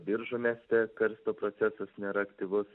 biržų mieste karsto procesas nėra aktyvus